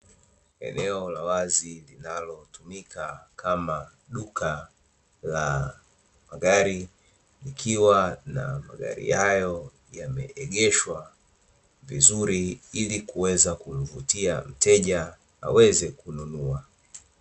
Eneo la wazi linalotumika kama duka la magari, likiwa na magari hayo yameegeshwa vizuri ili kuweza kumvutia mteja aweze kununua.